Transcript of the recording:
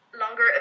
longer